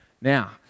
Now